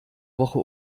woche